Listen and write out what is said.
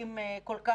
אני מאמין